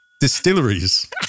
distilleries